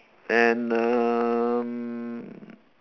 and um